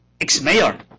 ex-mayor